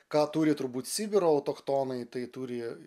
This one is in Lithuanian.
ką turi turbūt sibiro autachtonai tai turi